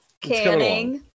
Canning